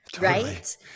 Right